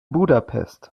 budapest